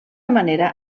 manera